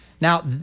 Now